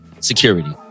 security